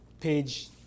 page